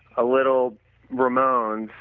a little ramones,